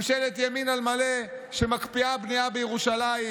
ממשלת ימין על מלא שמקפיאה בנייה בירושלים,